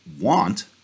want